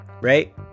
Right